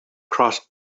crossed